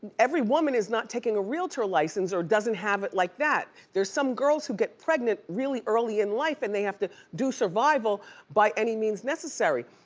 every woman is not taking a realtor license or doesn't have it like that. there's some girls who get pregnant really early in life and they have to do survival by any means necessary.